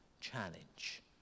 challenge